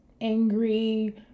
angry